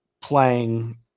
playing